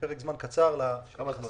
בפרק זמן קצר ל -- כמה זמן?